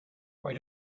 why